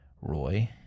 Roy